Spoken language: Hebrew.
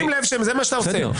תשים לב שזה מה שאתה עושה.